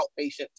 outpatient